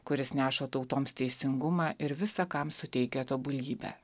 kuris neša tautoms teisingumą ir visa kam suteikia tobulybę